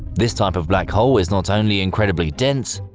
this type of black hole is not only incredibly dense,